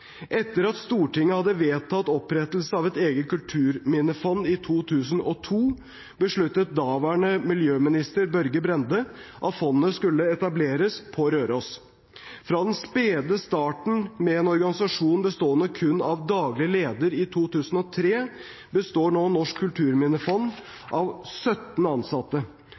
Etter at Stortinget hadde vedtatt opprettelse av et eget kulturminnefond i 2002, besluttet daværende miljøminister Børge Brende at fondet skulle etableres på Røros. Fra den spede starten, med en organisasjon bestående kun av daglig leder i 2003, består nå Norsk Kulturminnefond av 17 ansatte.